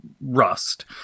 rust